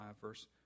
verse